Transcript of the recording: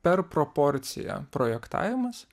per proporciją projektavimas